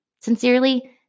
Sincerely